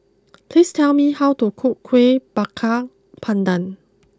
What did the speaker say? please tell me how to cook Kueh Bakar Pandan